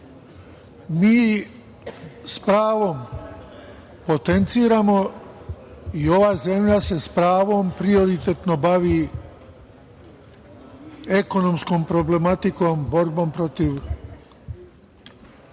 s pravom potenciramo i ova zemlja se s pravom prioritetno bavi ekonomskom problematikom, borbom protiv